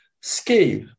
scale